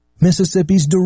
Mississippi's